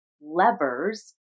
levers